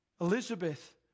Elizabeth